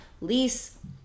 lease